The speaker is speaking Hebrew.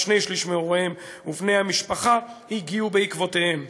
הוריהם ובני-המשפחה של כשני-שלישים מהם הגיעו בעקבותיהם.